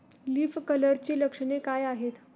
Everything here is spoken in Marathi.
लीफ कर्लची लक्षणे काय आहेत?